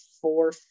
four